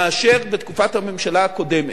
מאשר בתקופת הממשלה הקודמת,